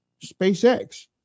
SpaceX